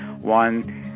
one